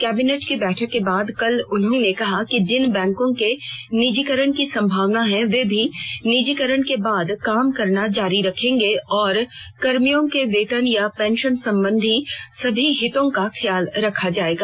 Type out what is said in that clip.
cabinet की बैठक के बाद कल उन्होंने कहा कि जिन बैंकों के निजीकरण की संभावना है वे भी निजीकरण के बाद काम करना जारी रखेंगे और कर्मियों के वेतन या पेंशन संबंधी सभी हितों का ख्याल रखा जायेगा